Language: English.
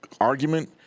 argument